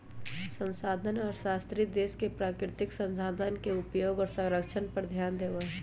संसाधन अर्थशास्त्री देश के प्राकृतिक संसाधन के उपयोग और संरक्षण पर ध्यान देवा हई